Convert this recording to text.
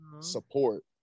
support